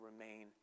remain